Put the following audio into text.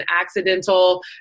accidental